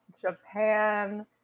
Japan